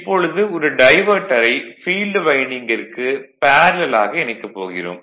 இப்பொழுது ஒரு டைவர்ட்டரை ஃபீல்டு வைண்டிங்கிற்கு பேரலல் ஆக இணைக்கப் போகிறோம்